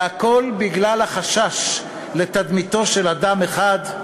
והכול בגלל החשש לתדמיתו של אדם אחד?